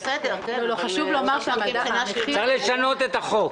חשוב לומר --- אורלי, צריך לשנות את החוק.